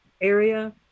area